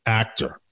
actor